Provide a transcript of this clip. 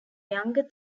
younger